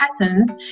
patterns